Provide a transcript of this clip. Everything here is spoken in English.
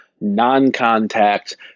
non-contact